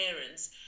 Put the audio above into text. parents